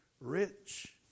rich